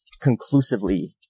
conclusively